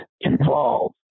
involved